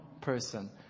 person